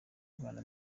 rwanda